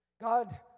God